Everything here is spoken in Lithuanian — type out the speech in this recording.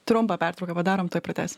trumpą pertrauką padarom tuoj pratęsim